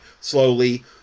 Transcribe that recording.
slowly